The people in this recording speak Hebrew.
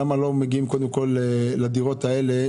למה לא מגיעים קודם כל לדירות האלה?